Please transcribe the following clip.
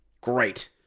great